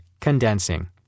Condensing